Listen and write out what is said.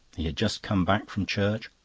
he had just come back from church,